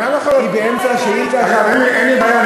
אדוני היושב-ראש, המליאה ריקה, אין לי בעיה.